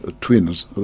twins